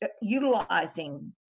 utilizing